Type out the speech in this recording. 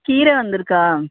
கீரை வந்திருக்கா